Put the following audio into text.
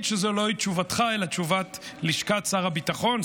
שזאת לא תשובתך אלא תשובת לשכת שר הביטחון,